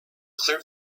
clear